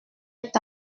est